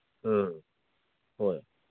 ꯑ ꯍꯣꯏ